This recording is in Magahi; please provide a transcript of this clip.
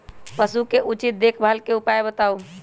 पशु के उचित देखभाल के उपाय बताऊ?